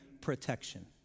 protection